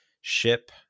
ship